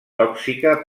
tòxica